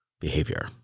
behavior